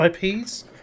IPs